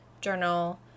journal